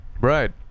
right